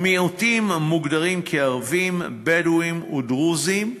מיעוטים מוגדרים ערבים, בדואים ודרוזים.